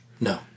No